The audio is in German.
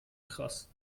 krass